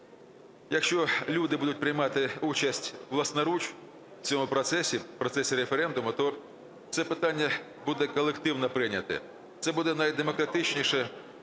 якщо люди будуть приймати участь власноруч в цьому процесі, в процесі референдуму, то це питання буде колективно прийнято. Це буде найдемократичніше,